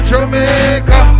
Jamaica